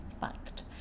fact